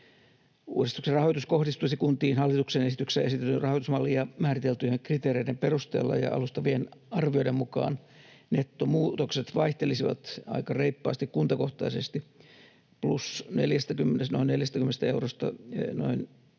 Uudistuksen rahoitus kohdistuisi kuntiin hallituksen esityksessä esitetyn rahoitusmallin ja määriteltyjen kriteereiden perusteella, ja alustavien arvioiden mukaan nettomuutokset vaihtelisivat aika reippaasti kuntakohtaisesti noin plus 40 eurosta noin 140